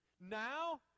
Now